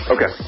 Okay